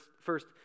first